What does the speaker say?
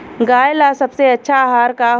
गाय ला सबसे अच्छा आहार का होला?